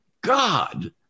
God